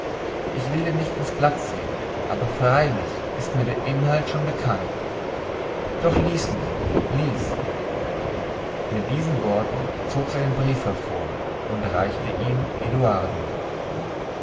ich will dir nicht ins blatt sehen aber freilich ist mir der inhalt schon bekannt doch lies nur lies mit diesen worten zog sie einen brief hervor und reichte ihn